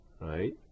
right